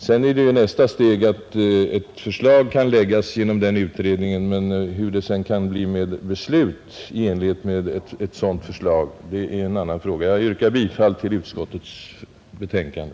Sedan är ju nästa steg att ett förslag kan komma att läggas fram av denna utredning. Hur det därefter kan bli med beslut i enlighet med ett sådant förslag är också en annan fråga. Jag yrkar bifall till utskottets enhälliga betänkande.